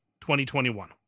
2021